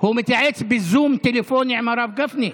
הוא מתייעץ בזום טלפוני, עם הרב גפני.